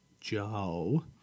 Joe